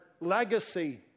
legacy